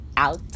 Out